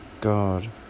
God